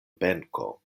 benko